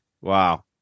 Wow